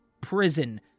prison